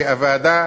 והוועדה